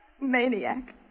Maniac